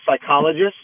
psychologist